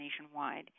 nationwide